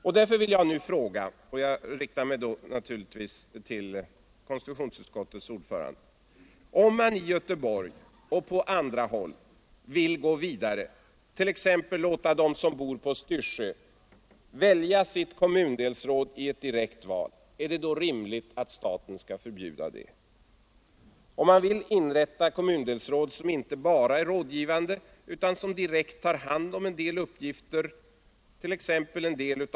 Nu vill jag fråga — och jag riktar mig då naturligtvis till konstitutionsutskottets ordförande: Om man i Göteborg och på andra håll vill gå vidare, t.ex. låta dem som bor på Styrsö utse sitt kommundelsråd i direkta val, är det då rimligt att staten skall förbjuda det? Om man vill inrätta kommundelsråd som inte bara är rådgivande utan som direkt tar hand om en del uppgifter i den egna kommundelen —1.